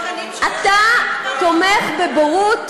אתה תומך בבורות?